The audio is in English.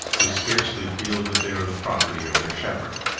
who scarcely feel that they are the property of their shepherd.